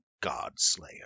God-Slayer